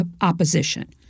opposition